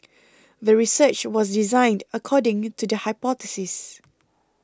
the research was designed accordingly to the hypothesis